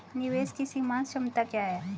निवेश की सीमांत क्षमता क्या है?